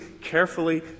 carefully